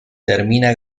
termina